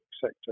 sector